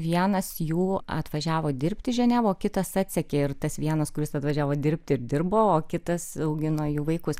vienas jų atvažiavo dirbti į ženevą o kitas atsekė ir tas vienas kuris atvažiavo dirbti ir dirbo o kitas augino jų vaikus